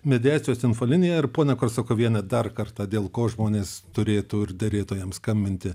mediacijos infolinija ir ponia korsakoviene dar kartą dėl ko žmonės turėtų ir derėtų jam skambinti